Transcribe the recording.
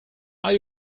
are